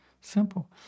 simple